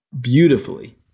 beautifully